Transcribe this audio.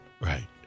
Right